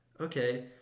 okay